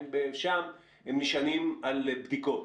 ששם הם נשענים על בדיקות.